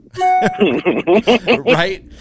Right